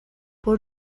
por